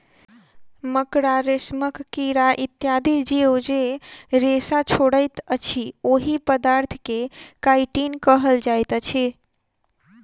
मकड़ा, रेशमक कीड़ा इत्यादि जीव जे रेशा छोड़ैत अछि, ओहि पदार्थ के काइटिन कहल जाइत अछि